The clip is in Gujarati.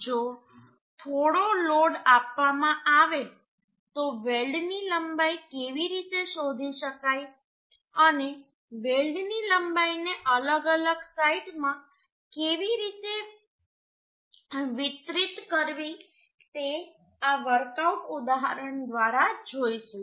જો થોડો લોડ આપવામાં આવે તો વેલ્ડની લંબાઈ કેવી રીતે શોધી શકાય અને વેલ્ડની લંબાઈને અલગ અલગ સાઈટમાં કેવી રીતે વિતરિત કરવી તે આ વર્કઆઉટ ઉદાહરણ દ્વારા જોઈશું